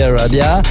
Arabia